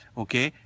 okay